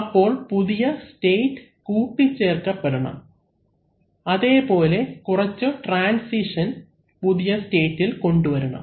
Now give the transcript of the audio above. അപ്പോൾ പുതിയ സ്റ്റേറ്റ് കൂട്ടിച്ചേർക്കപെടണം അതേപോലെ കുറച്ചു ട്രാൻസിഷൻ പുതിയ സ്റ്റേറ്റ് ഇൽ കൊണ്ടുവരണം